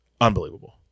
unbelievable